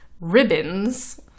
ribbons